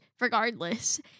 regardless